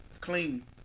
clean